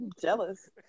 jealous